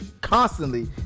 constantly